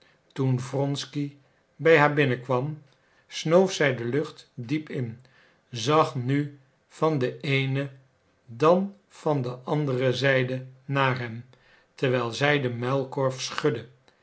toen wronsky bij haar binnen kwam snoof zij de lucht diep in zag nu van de eene dan van de andere zijde naar hem terwijl zij den muilkorf schudde